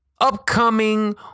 upcoming